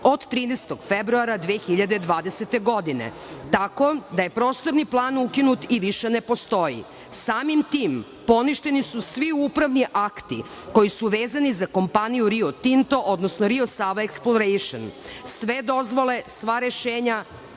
od 13. februara 2020. godine tako da je prostorni plan ukinut i više ne postoji. Samim tim, poništeni su svi upravi akti koji su vezani za kompaniju Rio Tinto, odnosno Rio Sava Eksplorejšn, sve dozvole, sva rešenja